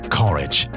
courage